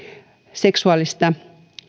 seksuaalisesta